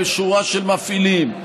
לשורה של מפעילים,